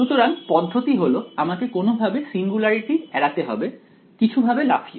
সুতরাং পদ্ধতি হলো আমাকে কোনও ভাবে সিঙ্গুলারিটি এড়াতে হবে কিছু ভাবে লাফিয়ে